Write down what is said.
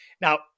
Now